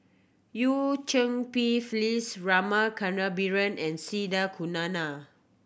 Eu Cheng Pi Phyllis Rama Kannabiran and C the Kunalan